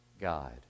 God